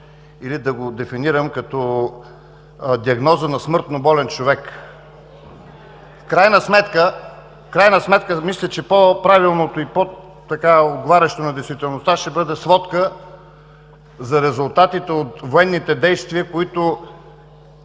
или да го дефинирам като диагноза на смъртно болен човек. (Възгласи от ГЕРБ: „Ееее!“) В крайна сметка, мисля, че по-правилното и по-отговарящо на действителността, ще бъде: сводка за резултатите от военните действия, които